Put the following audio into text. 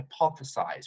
hypothesize